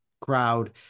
crowd